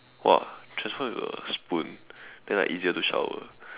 !wah! transform into a spoon then like easier to shower